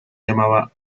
llamaba